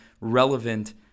relevant